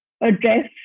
address